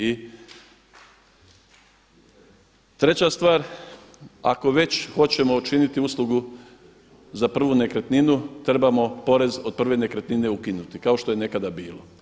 I treća stvar, ako već hoćemo učiniti uslugu za prvu nekretninu trebamo porez od prve nekretnine ukinuti kao što je nekada bilo.